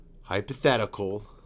hypothetical